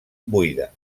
buida